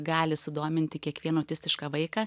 gali sudominti kiekvieno autistišką vaiką